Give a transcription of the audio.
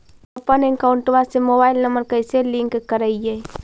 हमपन अकौउतवा से मोबाईल नंबर कैसे लिंक करैइय?